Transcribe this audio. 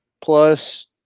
Plus